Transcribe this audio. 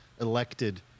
elected